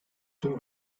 tüm